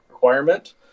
requirement